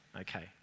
Okay